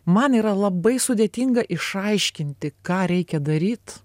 man yra labai sudėtinga išaiškinti ką reikia daryt